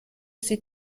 sie